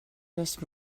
just